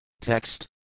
Text